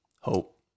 Hope